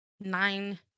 nine